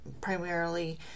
primarily